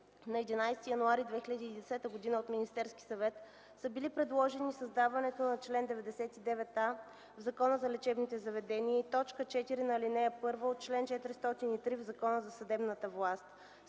на 11 януари 2010 г. от Министерския съвет, са били предложени създаването на чл. 99а в Закона за лечебните заведения и т. 4 на ал. 1 от чл. 403 в Закона за съдебната власт,